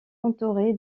entouré